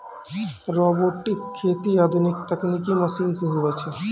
robotic खेती आधुनिक तकनिकी मशीन से हुवै छै